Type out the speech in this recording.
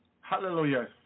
Hallelujah